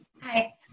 hi